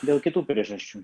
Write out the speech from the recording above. dėl kitų priežasčių